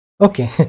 okay